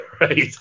right